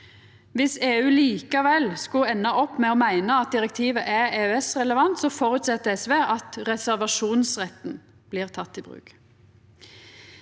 Viss EU likevel skulle enda opp med å meina at direktivet er EØS-relevant, føreset SV at reservasjonsretten blir teken i bruk.